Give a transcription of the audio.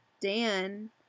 Dan